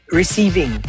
receiving